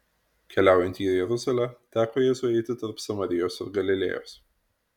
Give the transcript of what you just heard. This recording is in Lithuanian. keliaujant į jeruzalę teko jėzui eiti tarp samarijos ir galilėjos